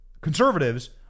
conservatives